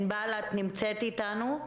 ענבל, את נמצאת איתנו?